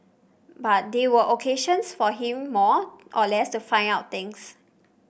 but they were occasions for him more or less to find out things